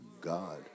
God